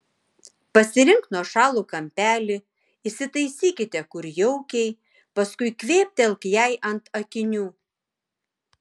pasirink nuošalų kampelį įsitaisykite kur jaukiai paskui kvėptelk jai ant akinių